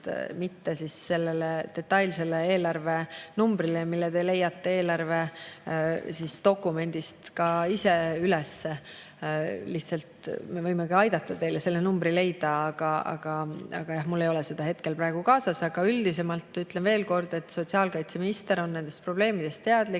mitte viidates sellele detailsele eelarvenumbrile, mille te leiate eelarvedokumendist isegi üles – me võime aidata teil selle numbri leida, mul ei ole seda hetkel praegu kaasas –, üldisemalt ütlen veel kord, et sotsiaalkaitseminister on nendest probleemidest teadlik